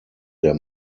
der